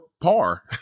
par